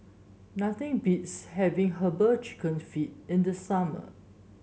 nothing beats having herbal chicken feet in the summer